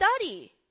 study